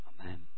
Amen